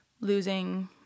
losing